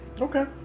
Okay